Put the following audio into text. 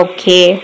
Okay